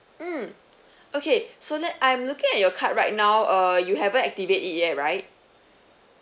mm okay so let I'm looking at your card right now uh you haven't activate it yet right